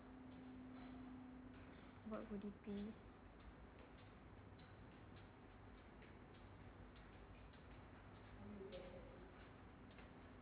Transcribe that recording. what would it be